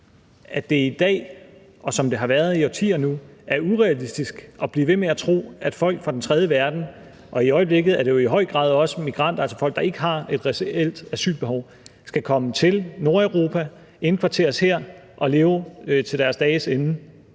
at det i dag, som det har været i årtier nu, er urealistisk at blive ved med at tro, at folk fra den tredje verden – og i øjeblikket er det jo i høj grad også migranter, altså folk, der ikke har et reelt asylbehov – skal komme til Nordeuropa, indkvarteres her og leve til deres dages ende